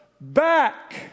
back